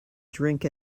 drink